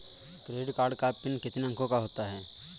Credit card का pin कितने अंकों का होता है?